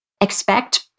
expect